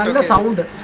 the folder